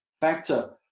factor